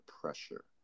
pressure